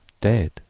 dead